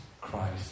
Christ